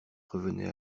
revenait